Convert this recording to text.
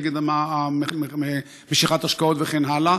נגד משיכת השקעות וכן הלאה,